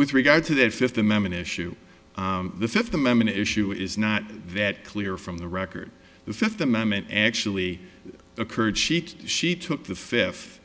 with regard to their fifth amendment issue the fifth amendment issue is not that clear from the record the fifth amendment actually occurred sheet she took the fifth